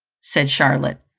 said charlotte,